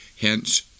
hence